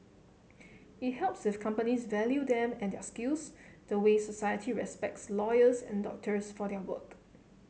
it helps if companies value them and their skills the way society respects lawyers and doctors for their work